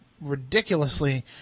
ridiculously